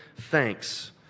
thanks